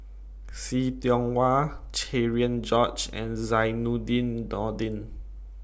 See Tiong Wah Cherian George and Zainudin Nordin